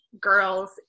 girls